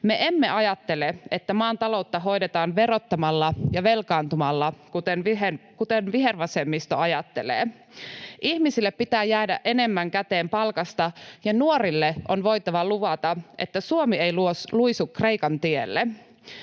Me emme ajattele, että maan taloutta hoidetaan verottamalla ja velkaantumalla, kuten vihervasemmisto ajattelee. Ihmisille pitää jäädä enemmän käteen palkasta, ja nuorille on voitava luvata, että Suomi ei luisu Kreikan tielle.